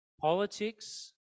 Politics